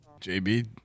JB